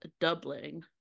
doubling